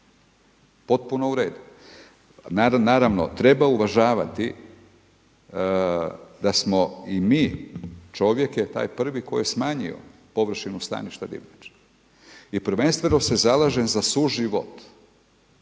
potpuno u redu. Naravno treba uvažavati da smo i mi, čovjek je taj prvi koji je smanjio površinu staništa divljači. I prvenstveno se zalažem za suživot.